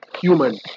human